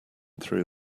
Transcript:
through